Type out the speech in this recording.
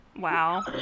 Wow